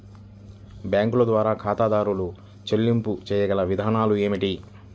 బ్యాంకుల ద్వారా ఖాతాదారు చెల్లింపులు చేయగల విధానాలు ఏమిటి?